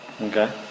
Okay